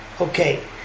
Okay